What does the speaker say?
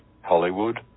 Hollywood